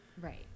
Right